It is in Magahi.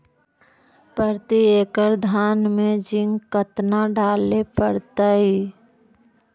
प्रती एकड़ धान मे जिंक कतना डाले पड़ताई?